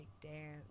dance